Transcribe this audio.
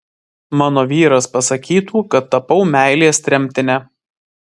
mano vyras pasakytų kad tapau meilės tremtine